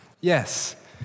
Yes